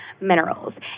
minerals